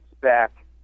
back